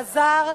עזר,